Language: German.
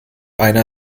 einer